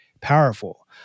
powerful